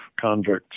convicts